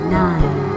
nine